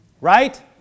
right